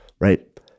right